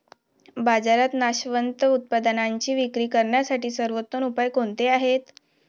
बाजारात नाशवंत उत्पादनांची विक्री करण्यासाठी सर्वोत्तम उपाय कोणते आहेत?